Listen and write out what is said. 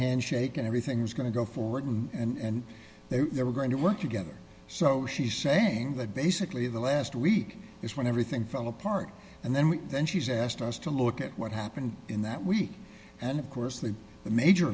handshake and everything was going to go forward and they were going to work together so she said that basically the last week is when everything fell apart and then we then she's asked us to look at what happened in that week and of course the major